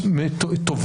לוקח את נוף הגליל,